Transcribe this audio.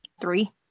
Three